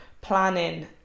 planning